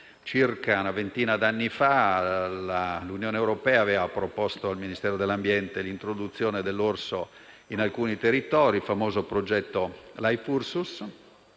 Circa una ventina d'anni fa, l'Unione europea aveva proposto al Ministero dell'ambiente l'introduzione dell'orso in alcuni territori, il famoso progetto Life Ursus